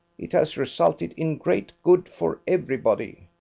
it has resulted in great good for everybody.